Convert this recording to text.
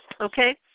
Okay